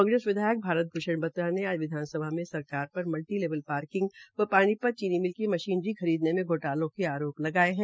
कांग्रेस विधायक भारत भूष्ण बतरा ने आज विधानसभा में सरकार पर मल्टी लेवल पांकिंग व पानीपत चीनी मिल की मशीनरी खरीदने में घोटालों के आरोप लगाये है